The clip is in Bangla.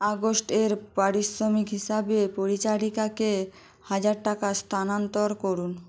আগস্টের পারিশ্রমিক হিসাবে পরিচারিকাকে হাজার টাকা স্থানান্তর করুন